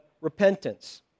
repentance